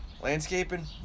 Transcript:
Landscaping